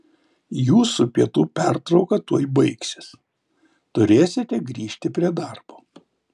jūsų pietų pertrauka tuoj baigsis turėsite grįžti prie darbo